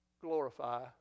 glorify